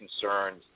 concerned